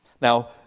now